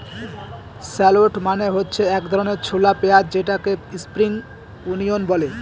shallot মানে হচ্ছে এক ধরনের ছোলা পেঁয়াজ যেটাকে স্প্রিং অনিয়ন বলে